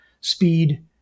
speed